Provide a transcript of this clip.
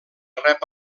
rep